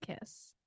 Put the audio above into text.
kiss